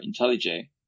IntelliJ